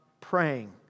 praying